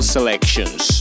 Selections